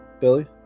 Billy